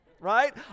right